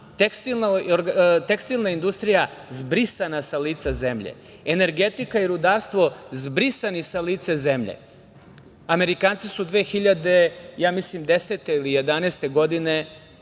tekstilna industrija zbrisana sa lica zemlje, energetika i rudarstvo zbrisani sa lica zemlje. Amerikanci su 2010, ili 2011. godine